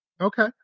Okay